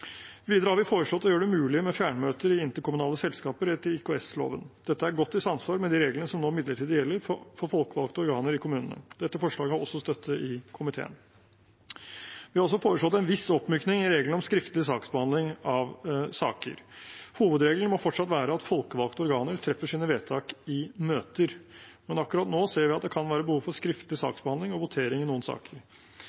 Videre har vi foreslått å gjøre det mulig med fjernmøter i interkommunale selskaper etter IKS-loven. Dette er godt i samsvar med de reglene som nå midlertidig gjelder for folkevalgte organer i kommunene. Dette forslaget har også støtte i komiteen. Vi har også foreslått en viss oppmyking i reglene om skriftlig behandling av saker. Hovedregelen må fortsatt være at folkevalgte organer treffer sine vedtak i møter, men akkurat nå ser vi at det kan være behov for skriftlig